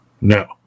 no